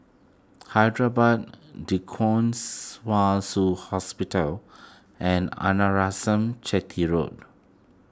Hyderabad D Kwong Wai Shiu Hospital and Arnasalam Chetty Road